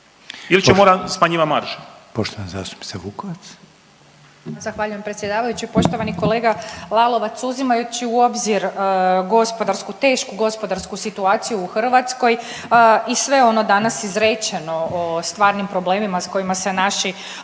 **Vukovac, Ružica (Nezavisni)** Zahvaljujem predsjedavajući. Poštovani kolega Lalovac. Uzimajući u obzir gospodarsku, tešku gospodarsku situaciju u Hrvatskoj i sve ono danas izrečeno o stvarnim problemima s kojima se naši